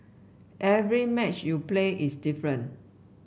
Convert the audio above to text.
every match you play is different